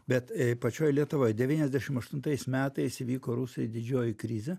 bet pačioj lietuvoj devyniasdešim aštuntais metais įvyko rusijoj didžioji krizė